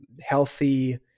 healthy